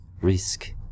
risk